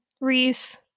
Reese